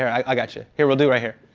i i got you. here, we'll do right here.